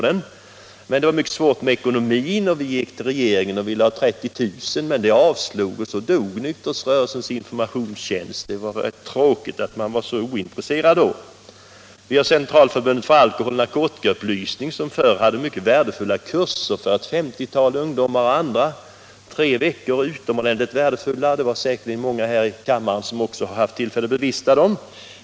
Det var svårt med ekonomin, så vi gick till regeringen och bad om 30 000 kr. men det avslogs, och så dog Nykterhetsrörelsens informationstjänst. Det var tråkigt att regeringen var så ointresserad då. et värdefulla treveckorskurser för ett femtiotal ungdomar och andra. Många här i kammaren har säkert haft tillfälle att bevista dem.